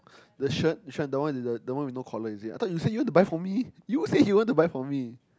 the shirt which one the one the one with no collar is it I thought you say you want to buy for me you said you want to buy for me